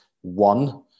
one